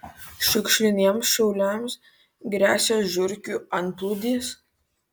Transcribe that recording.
šiukšliniems šiauliams gresia žiurkių antplūdis